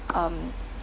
um